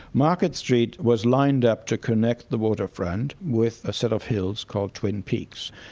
market street was lined up to connect the waterfront with a set of hills called twin peaks,